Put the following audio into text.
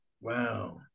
Wow